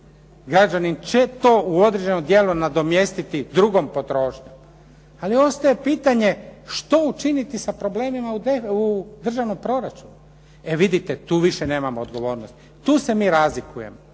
građanin će to u određenom dijelu nadomjestiti drugom potrošnjom. Ali ostaje pitanje što učiniti sa problemima u državnom proračunu? E vidite, tu više nemamo odgovornost. Tu se mi razlikujemo.